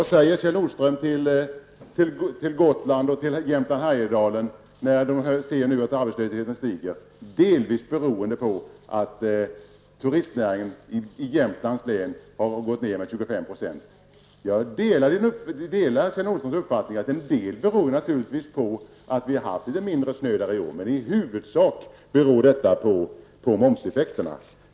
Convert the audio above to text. Vad säger Kjell Nordström till människorna på Gotland och i Jämtland och Jämtlands län delvis beroende på att turistnäringen har minskat med 25 %? Jag delar Kjell Nordströms uppfattning att en del naturligtvis beror på att vi har haft litet snö där uppe i år, men i huvudsak beror det på momshöjningen.